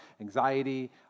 anxiety